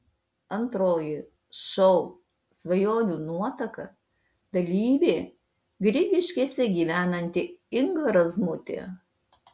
antroji šou svajonių nuotaka dalyvė grigiškėse gyvenanti inga razmutė